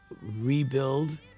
rebuild